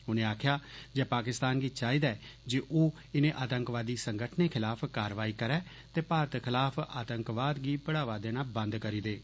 उन आ खेया जे पा क तान गी चा हदा ऐ जे ओ इन आतंकवाद संगठन खलाफ कारवाई करै ते भारत खलाफ आतंकवाद गी बढ़ावा देना बंद कर देए